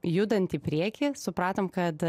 judant į priekį supratom kad